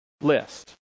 list